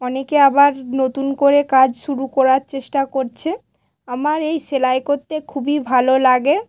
অনেকে আবার নতুন করে কাজ শুরু করার চেষ্টা করছে আমার এই সেলাই করতে খুবই ভালো লাগে